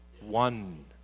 one